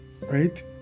right